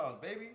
baby